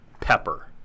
pepper